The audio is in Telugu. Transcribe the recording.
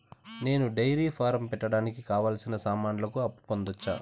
నేను డైరీ ఫారం పెట్టడానికి కావాల్సిన సామాన్లకు అప్పు పొందొచ్చా?